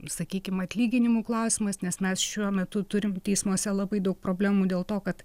sakykim atlyginimų klausimas nes mes šiuo metu turim teismuose labai daug problemų dėl to kad